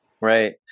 right